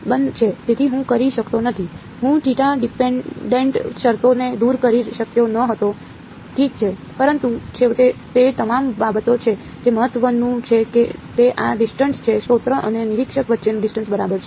તેથી હું કરી શકતો નથી હું ડીપેનડેન્ટ શરતોને દૂર કરી શક્યો ન હોત ઠીક છે પરંતુ છેવટે તે તમામ બાબતો છે જે મહત્વનું છે તે આ ડિસ્ટન્સ છે સ્ત્રોત અને નિરીક્ષક વચ્ચેનું ડિસ્ટન્સ બરાબર છે